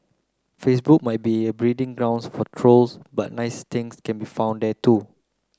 Facebook might be a breeding ground for trolls but nice things can be found there too